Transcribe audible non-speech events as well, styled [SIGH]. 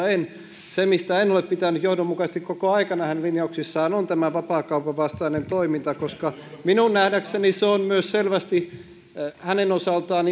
[UNINTELLIGIBLE] en se mistä en ole pitänyt johdonmukaisesti koko aikana hänen linjauksissaan on tämä vapaakaupan vastainen toiminta koska minun nähdäkseni se on myös selvästi hänen osaltaan [UNINTELLIGIBLE]